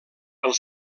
pel